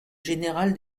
général